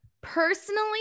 Personally